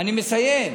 אני מסיים.